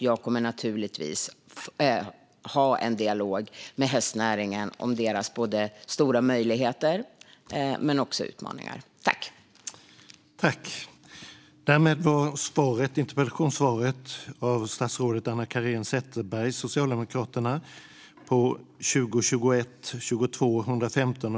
Jag kommer naturligtvis att ha en dialog med hästnäringen både om deras stora möjligheter och om deras utmaningar. Interpellationsdebatten var härmed avslutad.